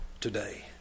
today